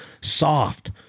soft